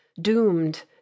doomed